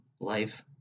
life